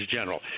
general